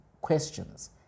questions